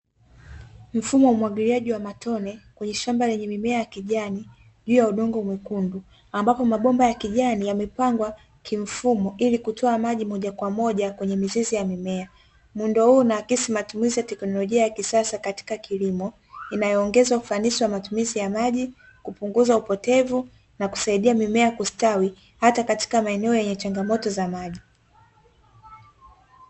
Mfumo wa umwagiliaji wa matone kwenye shamba lenye mimea ya kijani juu ya udongo mwekundu, ambapo mabomba ya kijani yamepangwa kimfumo ili kutoa maji moja kwa moja kwenye mizizi ya mimea. Muundo huu unaakisi matumizi ya teknolojia ya kisasa katika kilimo, inayoongeza ufanisi wa matumizi ya maji, kupunguza upotevu na kusaidia mimea kustawi ata katika maeneon yenye changamoto za maji.